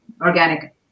Organic